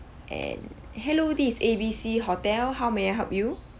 and hello this is A B C hotel how may I help you